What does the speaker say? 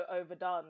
overdone